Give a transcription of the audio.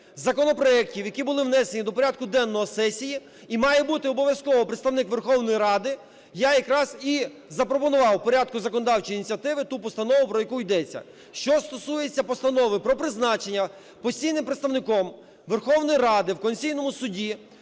законопроектів, які були внесені до порядку денного сесії, і має бути обов'язково представник Верховної Ради, я якраз і запропонував у порядку законодавчої ініціативи ту постанову, про яку йдеться. Що стосується Постанови про призначення постійним представником Верховної Ради в Конституційному Суді,